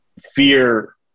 fear